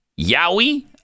Yowie